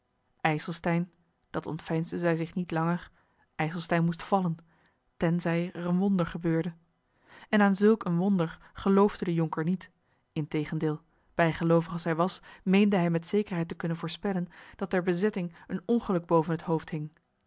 ijselstein dat ontveinsden zij zich niet langer ijselstein moest vallen tenzij er een wonder gebeurde en aan zulk een wonder geloofde de jonker niet integendeel bijgeloovig als hij was meende hij met zekerheid te kunnen voorspellen dat der bezetting een ongeluk boven het hoofd hing